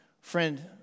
Friend